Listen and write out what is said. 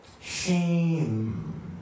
Shame